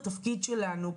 התפקיד שלנו,